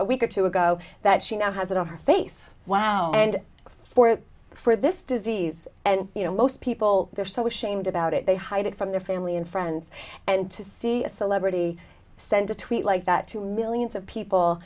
a week or two ago that she now has it on her face wow and for that for this disease and you know most people they're so ashamed about it they hide it from their family and friends and to see a celebrity send a tweet like that to millions of people